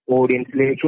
Audience